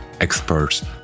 experts